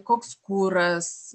koks kuras